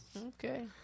Okay